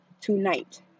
tonight